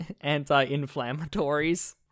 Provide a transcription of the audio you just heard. anti-inflammatories